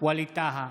ווליד טאהא,